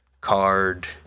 card